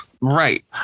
right